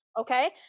Okay